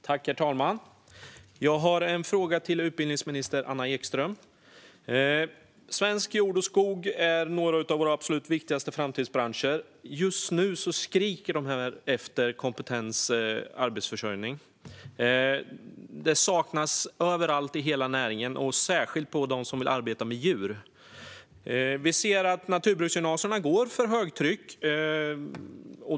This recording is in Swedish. Herr talman! Jag har en fråga till utbildningsminister Anna Ekström. Svensk jord och skog är några av våra absolut viktigaste framtidsbranscher, som just nu skriker efter kompetens och arbetsförsörjning. Det saknas överallt i hela näringen och gäller särskilt dem som vill arbeta med djur. Vi ser att naturbruksgymnasierna går för högtryck.